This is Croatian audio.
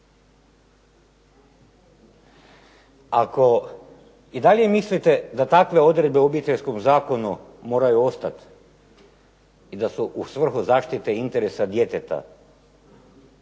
Ako i dalje mislite da takve odredbe u obiteljskom zakonu moraju ostati i da su u svrhu zaštite interesa djeteta,